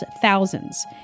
thousands